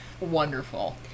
wonderful